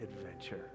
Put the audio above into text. adventure